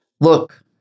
look